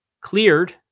cleared